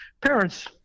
parents